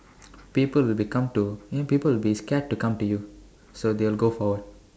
people will be come to you know people will be scared to come to you so they'll go for